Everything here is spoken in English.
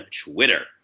Twitter